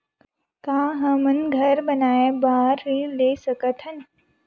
का हमन घर बनाए बार ऋण ले सकत हन?